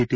T